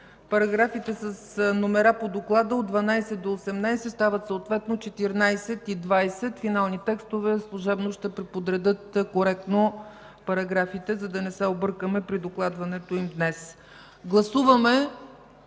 параграфите с номера по доклада от 12 до 18, стават съответно 14 и 20. Финални текстове служебно ще преподредят коректно параграфите, за да не се объркаме при докладването им днес. Гласуваме